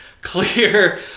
clear